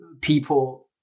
people